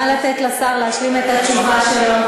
נא לתת לסגן השר להשלים את התשובה שלו.